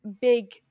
big